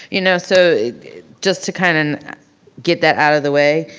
you know so just to kind of get that out of the way.